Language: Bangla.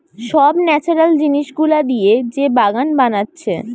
সব ন্যাচারাল জিনিস গুলা দিয়ে যে বাগান বানাচ্ছে